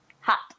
Hot